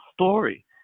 story